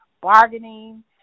bargaining